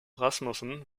rasmussen